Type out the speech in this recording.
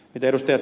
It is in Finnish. mitä ed